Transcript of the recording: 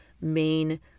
main